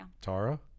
Tara